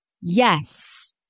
Yes